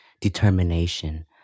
determination